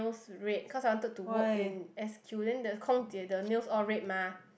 red cause I wanted to work in S_Q then the 空姐 the nails all red mah